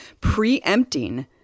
preempting